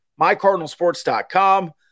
MyCardinalSports.com